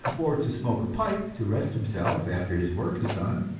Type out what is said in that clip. or to smoke a pipe to rest himself after his work is done!